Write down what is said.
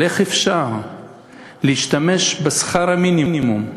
אז איך אפשר להשתמש בשכר המינימום,